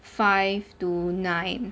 five to nine